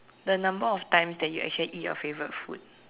the number of times that you actually eat your favorite food